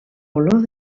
olor